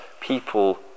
people